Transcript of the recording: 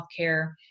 healthcare